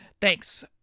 Thanks